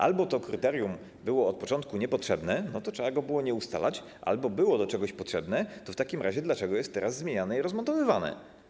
Albo to kryterium było od początku niepotrzebne i trzeba go było nie ustalać, albo było do czegoś potrzebne, lecz w takim razie dlaczego jest teraz zmieniane i rozmontowywane?